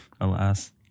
alas